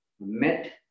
met